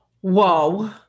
Whoa